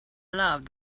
love